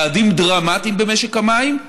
צעדים דרמטיים במשק המים.